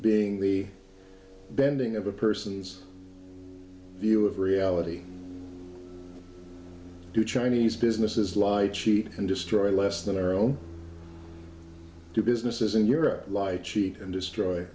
being the bending of a person's view of reality do chinese businesses lie cheat and destroy less than our own do businesses in europe lie cheat and destroy